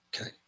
Okay